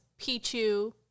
Pichu